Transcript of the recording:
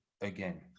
again